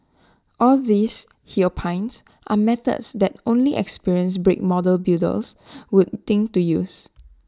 all these he opines are methods that only experienced brick model builders would think to use